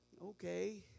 Okay